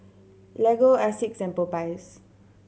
Lego Asics Popeyes